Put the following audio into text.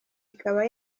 ikaba